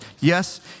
Yes